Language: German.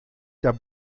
der